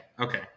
okay